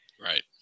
Right